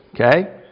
okay